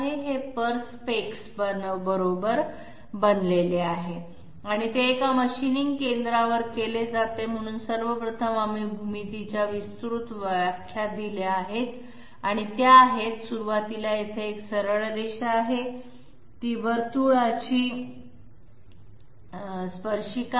हे Perspex बरोबर बनलेले आहे आणि ते एका मशीनिंग केंद्रावर केले जाते म्हणून सर्वप्रथम आम्ही भूमितीच्या विस्तृत व्याख्या दिल्या आहेत आणि त्या आहेत सुरुवातीला येथे एक सरळ रेषा आहे ती वर्तुळाची स्पर्शिका आहे